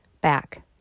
back